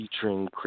featuring